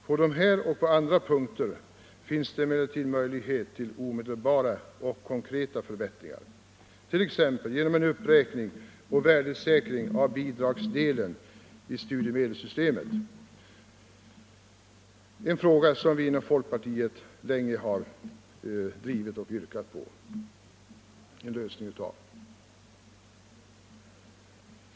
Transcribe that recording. På dessa och andra punkter finns det dock möjlighet till omedelbara och konkreta förbättringar, t.ex. genom en uppräkning och värdesäkring av bidragsdelen i studiemedelssystemet, en fråga som vi inom folkpartiet länge har yrkat på en lösning av.